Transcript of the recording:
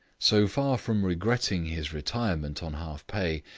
so far from regretting his retirement on half-pay,